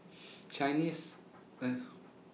Chinese